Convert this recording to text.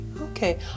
Okay